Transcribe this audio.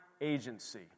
agency